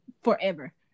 forever